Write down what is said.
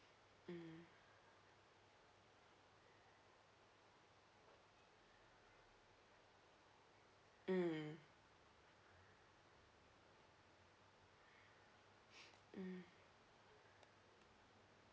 mm um mm